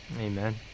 amen